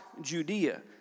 Judea